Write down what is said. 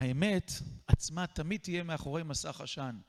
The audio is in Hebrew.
האמת עצמה תמיד תהיה מאחורי מסך עשן.